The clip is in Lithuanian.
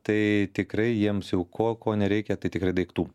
tai tikrai jiems jau ko ko nereikia tai tikrai daiktų